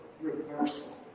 reversal